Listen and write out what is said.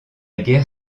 guerre